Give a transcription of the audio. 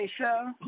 show